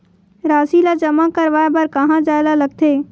राशि ला जमा करवाय बर कहां जाए ला लगथे